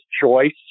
choice